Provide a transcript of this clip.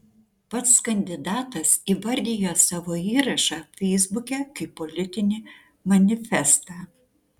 pats kandidatas įvardijo savo įrašą feisbuke kaip politinį manifestą